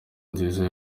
nziza